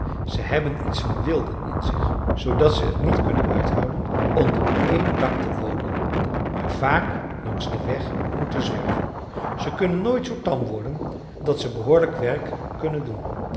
ze hebben iets van wilden in zich zoodat ze t niet kunnen uithouden onder een dak te wonen maar vaak langs den weg moeten zwerven ze kunnen nooit zoo tam worden dat ze behoorlijk werk kunnen doen